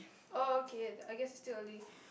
oh okay I guess is still early